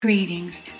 Greetings